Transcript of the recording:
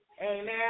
Amen